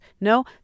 No